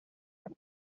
pays